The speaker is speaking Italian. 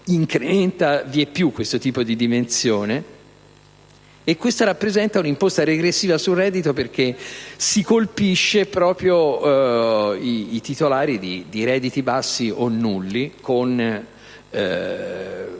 incrementa vieppiù questo tipo di dimensione. Questo rappresenta un'imposta regressiva sul reddito perché si colpiscono proprio i titolari di redditi bassi o nulli, con